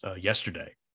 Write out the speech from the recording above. yesterday